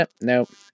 Nope